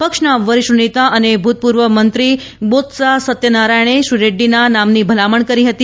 પક્ષના વરિષ્ઠ નેતા અને ભૂતપૂર્વ મંત્રી બોત્સા સત્યનારાયણે શ્રી રેડ્ડીના નામની ભલામણ કરી હતી